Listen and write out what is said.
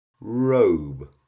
robe